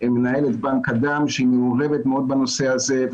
מנהלת בנק דם שמעורבת מאוד בנושא הזה,